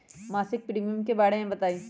मासिक प्रीमियम के बारे मे बताई?